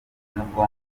n’ubwonko